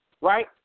right